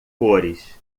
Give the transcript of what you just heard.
cores